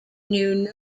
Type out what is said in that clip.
knew